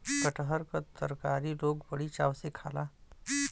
कटहर क तरकारी लोग बड़ी चाव से खाला